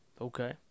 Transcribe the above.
Okay